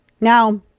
Now